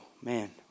man